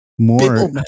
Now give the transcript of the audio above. more